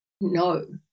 No